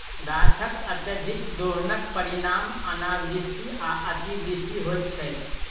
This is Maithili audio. गाछकअत्यधिक दोहनक परिणाम अनावृष्टि आ अतिवृष्टि होइत छै